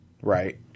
right